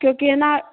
क्योकि है ना